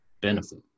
benefit